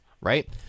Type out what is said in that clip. right